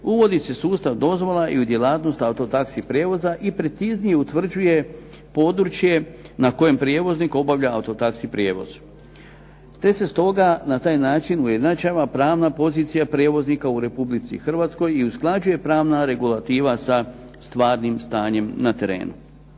uvodi se sustav dozvola i u djelatnost auto taxi prijevoza i preciznije utvrđuje područje na kojem prijevoznik obavlja auto taxi prijevoz. Te se stoga na taj način ujednačava pravna pozicija prijevoznika u Republici Hrvatskoj i usklađuje pravna regulativa sa stvarnim stanjem na terenu.